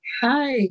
Hi